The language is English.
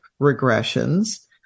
regressions